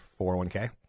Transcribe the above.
401k